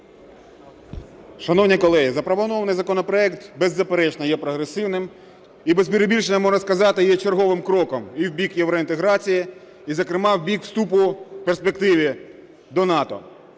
Шановні колеги, запропонований законопроект беззаперечно є прогресивним і, без перебільшення можна сказати, є черговим кроком і в бік євроінтеграції, і зокрема в бік вступу в перспективі до НАТО.